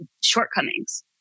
shortcomings